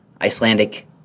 Icelandic